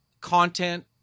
content